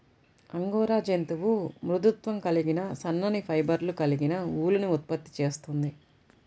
angora జంతువు మృదుత్వం కలిగిన సన్నని ఫైబర్లు కలిగిన ఊలుని ఉత్పత్తి చేస్తుంది